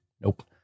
Nope